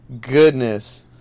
goodness